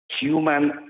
human